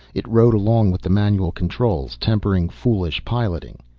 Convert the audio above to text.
it rode along with the manual controls, tempering foolish piloting.